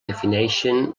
defineixen